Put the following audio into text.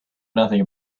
nothing